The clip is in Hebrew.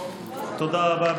תודה רבה.